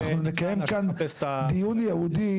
אנחנו נקיים כאן דיון ייעודי,